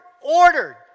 ordered